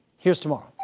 here's tomorrow.